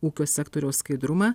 ūkio sektoriaus skaidrumą